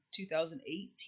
2018